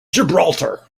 gibraltar